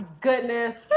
goodness